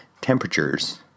temperatures